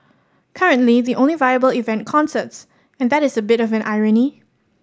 currently the only viable event concerts and that is a bit of an irony